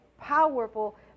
powerful